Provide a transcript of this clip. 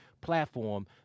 platform